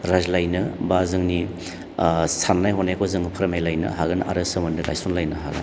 रायज्लायनो बा जोंनि साननाय हनायखौ जोङो फोरमायलायनो हागोन आरो सोमोन्दो गायसनलायनो हागोन